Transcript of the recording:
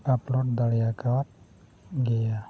upload ᱫᱟᱲᱮ ᱟᱠᱟᱫ ᱜᱮᱭᱟ